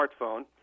smartphone